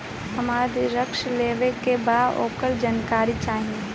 हमरा ऋण लेवे के बा वोकर जानकारी चाही